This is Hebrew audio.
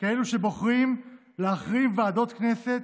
כאלו שבוחרים להחרים ועדות כנסת,